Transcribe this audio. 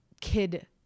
kid